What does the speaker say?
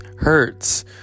Hurts